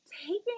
taking